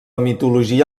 mitologia